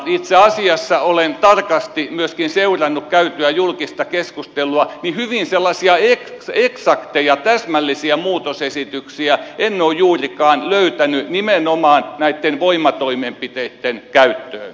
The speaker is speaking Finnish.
itse asiassa olen tarkasti myöskin seurannut käytyä julkista keskustelua ja sellaisia hyvin eksakteja täsmällisiä muutosesityksiä en ole juurikaan löytänyt nimenomaan näitten voimatoimenpiteitten käyttöön